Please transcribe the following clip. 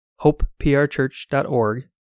hopeprchurch.org